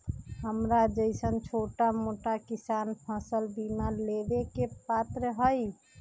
हमरा जैईसन छोटा मोटा किसान फसल बीमा लेबे के पात्र हई?